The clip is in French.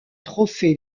trophées